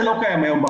זה לא קיים היום בחוק.